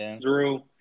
Drew